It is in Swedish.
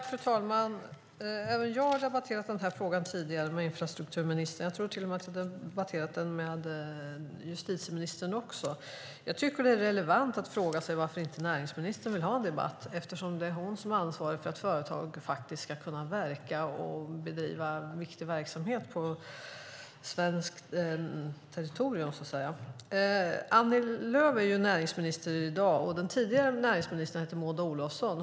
Fru talman! Även jag har debatterat den här frågan tidigare med infrastrukturministern. Jag tror till och med att jag har debatterat den med justitieministern. Jag tycker att det är relevant att fråga sig varför inte näringsministern vill ha en debatt, eftersom det är hon som är ansvarig för att företag faktiskt ska kunna verka och bedriva viktig verksamhet på svenskt territorium. Annie Lööf är ju näringsminister i dag. Den tidigare näringsministern hette Maud Olofsson.